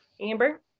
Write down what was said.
amber